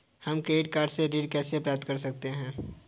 हम credit card से ऋण कैसे प्राप्त कर सकते हैं?